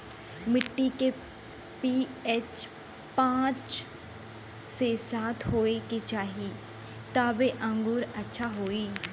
मट्टी के पी.एच पाँच से सात होये के चाही तबे अंगूर अच्छा होई